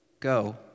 Go